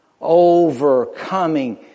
Overcoming